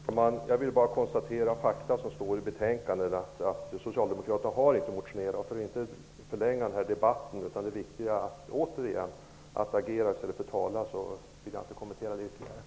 Herr talman! Jag vill bara konstatera fakta som står i betänkandet. Socialdemokraterna har inte motionerat. För att inte förlänga debatten -- det är viktigare att agera i stället för att tala -- vill jag inte kommentera detta ytterligare.